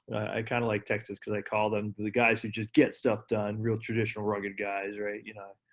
i kind of like texas, cause i call them, the guys who just get stuff done, real traditional rugged guys, right? you know,